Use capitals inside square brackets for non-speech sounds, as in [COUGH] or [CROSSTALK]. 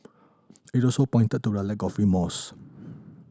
it also pointed to a lack of remorse [NOISE]